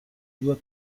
due